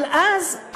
אבל אז,